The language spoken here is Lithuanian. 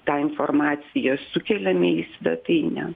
tą informaciją sukeliame į svetainę